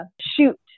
shoot